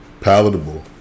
palatable